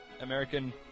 American